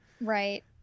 Right